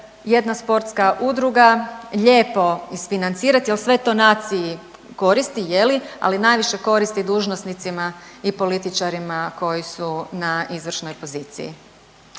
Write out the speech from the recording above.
jedna sportska udruga lijepo isfinancirati jer sve to naciji koristi je li, ali najviše koristi dužnosnicima i političarima koji na izvršnoj poziciji.